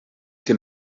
lle